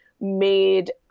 made